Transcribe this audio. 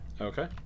Okay